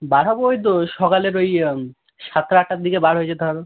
বার হব ওই তো সকালে ওই সাতটা আটটার দিকে বার হয়ে যেতে হবে